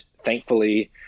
Thankfully